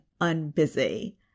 unbusy